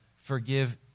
forgive